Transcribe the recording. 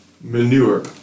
manure